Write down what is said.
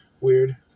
weird